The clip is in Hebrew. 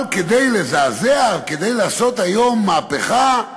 אבל כדי לזעזע, כדי לעשות היום מהפכה,